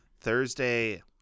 Thursday